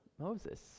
Moses